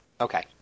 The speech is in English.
Okay